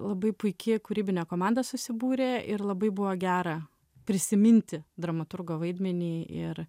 labai puiki kūrybinė komanda susibūrė ir labai buvo gera prisiminti dramaturgo vaidmenį ir